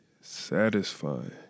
satisfying